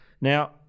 Now